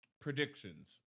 Predictions